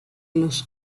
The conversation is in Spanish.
los